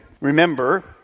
remember